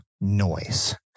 noise